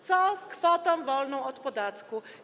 Co z kwotą wolną od podatku?